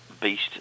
beast